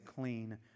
clean